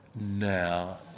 Now